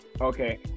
okay